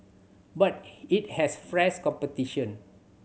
but it has fresh competition